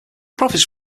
profits